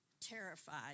terrified